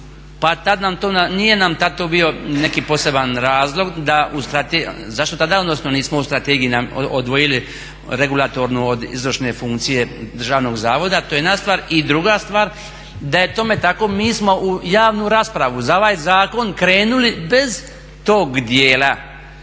pa tad nam to, nije nam tad to bio neki poseban razlog da, zašto tada odnosno nismo u strategiji odvojili regulatornu od izvršne funkcije državnog zavoda. To je jedna stvar. I druga stvar, da je tome tako mi smo u javnu raspravu za ovaj zakon krenuli bez tog dijela,